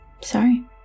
Sorry